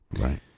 Right